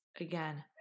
again